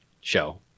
show